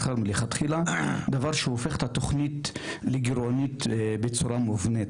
דבר שהופך את התוכנית לגרעונית בצורה מובנית.